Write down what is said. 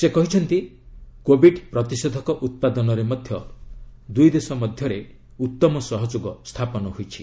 ସେ କହିଛନ୍ତି କୋବିଡ୍ ପ୍ରତିଷେଧକ ଉତ୍ପାଦନରେ ମଧ୍ୟ ଦୁଇ ଦେଶ ମଧ୍ୟରେ ଉତ୍ତମ ସହଯୋଗ ସ୍ଥାପନ ହୋଇଛି